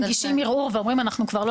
הם מגישים ערעור ואומרים אנחנו כבר לא